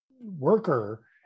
worker